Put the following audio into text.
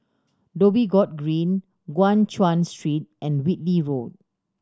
Dhoby Ghaut Green Guan Chuan Street and Whitley Road